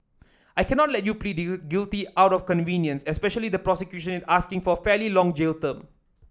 I cannot let you plead guilty out of convenience especially the prosecution asking for fairly long jail term